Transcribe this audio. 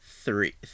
three